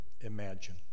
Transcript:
imagine